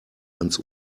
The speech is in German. ans